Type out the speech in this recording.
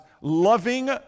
loving